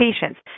patients